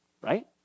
right